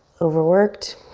overworked.